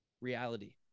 reality